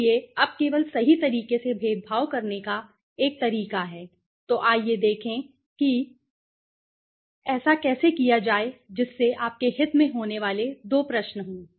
इसलिए यह केवल सही तरीके से भेदभाव करने का एक तरीका है तो आइए देखें कि तो चलिए देखते हैं कि ऐसा कैसे किया जाए जिससे आपके हित में होने वाले दो प्रश्न हों